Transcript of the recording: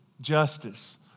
justice